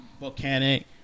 Volcanic